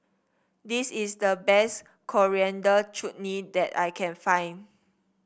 this is the best Coriander Chutney that I can find